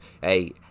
hey